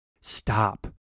Stop